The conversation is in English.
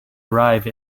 arrive